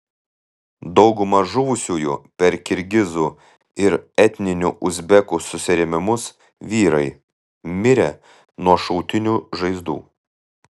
dauguma žuvusiųjų per kirgizų ir etninių uzbekų susirėmimus vyrai mirę nuo šautinių žaizdų